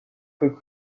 peu